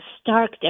stark